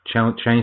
change